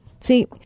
See